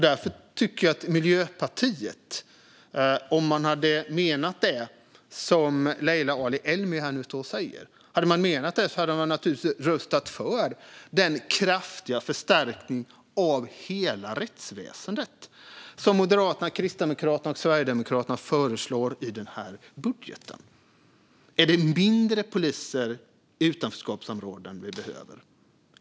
Jag tycker att Miljöpartiet, om man hade menat det som Leila Ali-Elmi nu står här och säger, skulle ha röstat för den kraftiga förstärkning av hela rättsväsendet som Moderaterna, Kristdemokraterna och Sverigedemokraterna föreslår i den här budgeten. Är det färre poliser i utanförskapsområden som vi behöver?